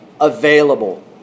available